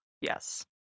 Yes